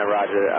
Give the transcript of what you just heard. Roger